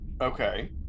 okay